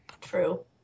True